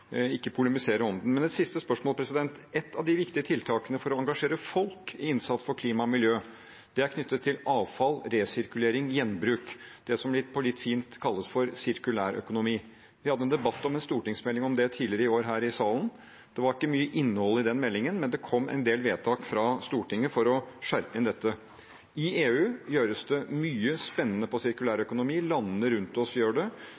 ikke polemisere om dem. Men et siste spørsmål dreier seg om et av de viktige tiltakene for å engasjere folk i innsatsen for klima og miljø er knyttet til avfall, resirkulering, gjenbruk – det som på litt fint kalles for sirkulær økonomi. Vi hadde debatt om en stortingsmelding om det tidligere i år her i salen. Det var ikke mye innhold i den meldingen, men det kom en del vedtak fra Stortinget for å skjerpe inn dette. I EU gjøres det mye spennende på sirkulær økonomi. I landene rundt oss gjøres det